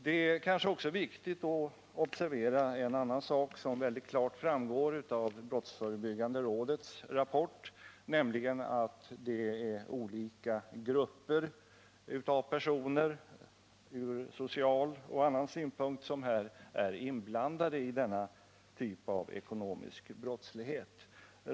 Det kanske också är viktigt att observera en annan sak som mycket klart framgår av brottsförebyggande rådets rapport, nämligen att det är olika grupper av personer, från social och annan synpunkt, som är inblandade i denna typ av ekonomisk brottslighet.